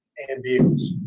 and and the winds.